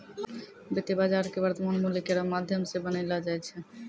वित्तीय बाजार क वर्तमान मूल्य केरो माध्यम सें बनैलो जाय छै